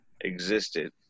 existed